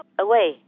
away